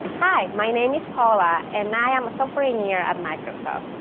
hi! my name is paola, and i am a software engineer at microsoft.